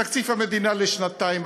תקציב המדינה לשנתיים.